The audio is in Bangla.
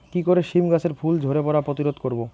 কি করে সীম গাছের ফুল ঝরে পড়া প্রতিরোধ করব?